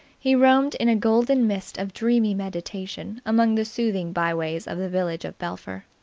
he roamed in a golden mist of dreamy meditation among the soothing by-ways of the village of belpher.